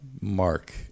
mark